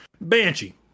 Banshee